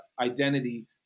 identity